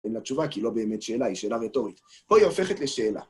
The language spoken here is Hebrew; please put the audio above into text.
אין לה תשובה, כי היא לא באמת שאלה, היא שאלה רטורית. פה היא הופכת לשאלה.